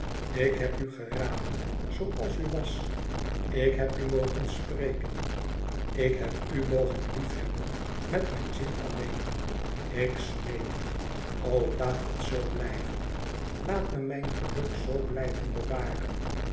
ik heb u geraden zooals u was ik heb u mogen spreken ik heb u mogen liefhebben met mijn ziel alleen ik smeek u o laat het zoo blijven laat me mijn geluk zoo blijven bewaren